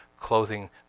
clothing